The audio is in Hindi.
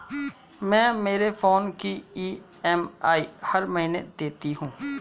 मैं मेरे फोन की ई.एम.आई हर महीने देती हूँ